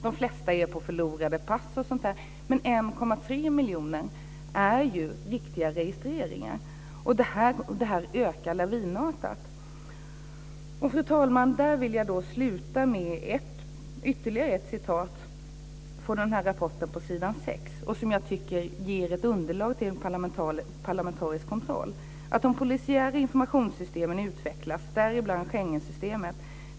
De flesta är på förlorade pass osv., men 1,3 miljoner rör riktiga registreringar. Detta ökar lavinartat. Fru talman! Jag vill sluta med ytterligare ett citat från rapporten på s. 6 som jag tycker ger ett underlag till parlamentarisk kontroll: "De polisiära informationssystemen utvecklas, däribland Schengensystemet.